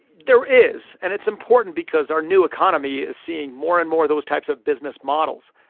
there is, and it's important because our new economy is seeing more and more of those types of business models.